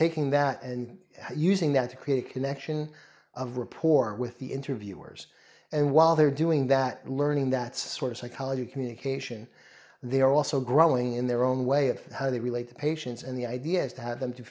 taking that and using that to create a connection of report with the interviewers and while they're doing that learning that sort of psychology communication they are also growing in their own way of how they relate to patients and the idea is to have them to